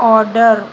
order